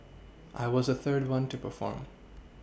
I was the third one to perform